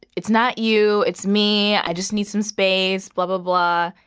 it's not you. it's me. i just need some space blah, blah, blah.